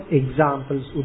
examples